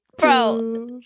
Bro